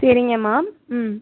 சரிங்கம்மா ம்